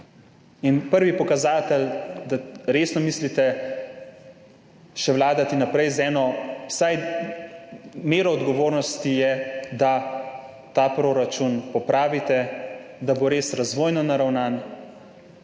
Prvi pokazatelj, da resno mislite še naprej vladati z vsaj mero odgovornosti, je, da ta proračun popravite, da bo res razvojno naravnan,